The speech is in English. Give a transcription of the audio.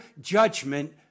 judgment